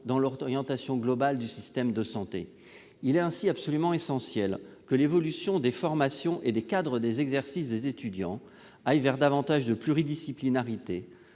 dans l'orientation globale du système de santé. Il est ainsi absolument essentiel que l'évolution des formations et des cadres d'exercice des étudiants aille vers davantage de pluridisciplinarité,